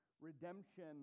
redemption